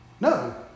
No